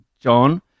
John